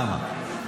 למה?